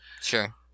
Sure